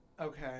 Okay